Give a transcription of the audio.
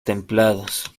templados